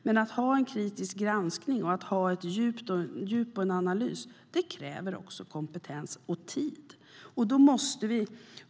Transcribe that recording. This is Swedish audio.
Men att ha en kritisk granskning, ett djup och en analys, kräver också kompetens och tid.